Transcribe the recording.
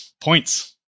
Points